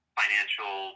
financial